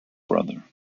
brother